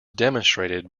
demonstrated